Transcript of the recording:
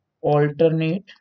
alternate